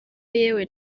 yewe